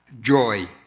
joy